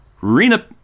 Rina